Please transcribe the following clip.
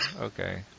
okay